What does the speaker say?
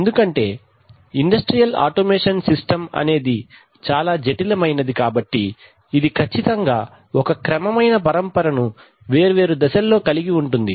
ఎందుకంటే industrial automation system అనేది చాలా జటిలమైన ది కాబట్టి ఇది ఖచ్చితంగా ఒక క్రమమైన పరంపరను వేర్వేరు దశల్లో కలిగి ఉంటుంది